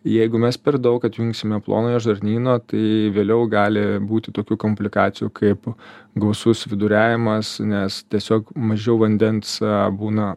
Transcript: jeigu mes per daug atjungsime plonojo žarnyno tai vėliau gali būti tokių komplikacijų kaip gausus viduriavimas nes tiesiog mažiau vandens būna